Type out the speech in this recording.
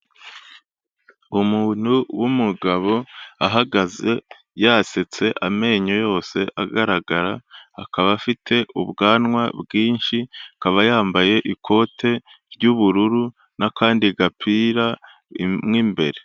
Umuntu w'umugabo ahagaze yasetse amenyo yose agaragara, akaba afite ubwanwa bwinshi akaba yambaye ikote ry'ubururu n'akandi gapira mu imbere.